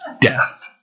death